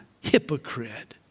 Hypocrite